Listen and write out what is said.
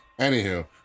Anywho